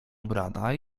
ubrana